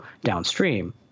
downstream